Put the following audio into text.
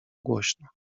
głośno